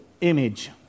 image